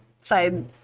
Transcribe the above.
side